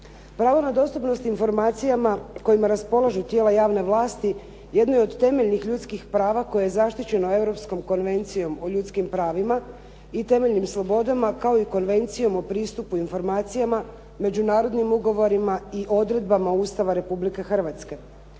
Pravo na dostupnost informacijama kojima raspolažu tijela javne vlasti jedno je od temeljnih ljudskih prava koje je zaštićeno Europskom konvencijom o ljudskim pravima i temeljnim slobodama kao i Konvencijom o pristupu informacijama, međunarodnim ugovorima i odredbama Ustava Republike Hrvatske.